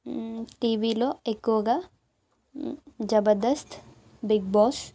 టీవీలో ఎక్కువగా Jabardasth Bigg boss